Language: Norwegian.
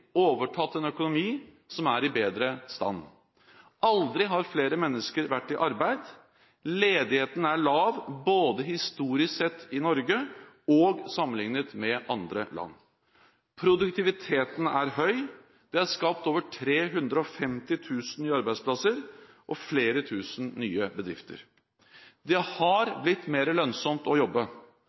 overtatt en økonomi som er i bedre stand. Aldri har flere mennesker vært i arbeid. Ledigheten er lav både historisk sett i Norge og sammenlignet med andre land. Produktiviteten er høy. Det er skapt over 350 000 nye arbeidsplasser og flere tusen nye bedrifter. Det har blitt mer lønnsomt å jobbe.